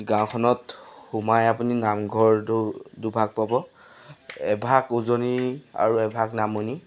গাঁওখনত সোমাই আপুনি নামঘৰটো দুভাগ পাব এভাগ উজনি আৰু এভাগ নামনি